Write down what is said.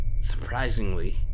Surprisingly